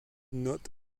not